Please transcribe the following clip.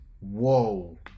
whoa